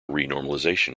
renormalization